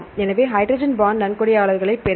எனவே hydrogen bond நன்கொடையாளர்களைப் பெறுங்கள்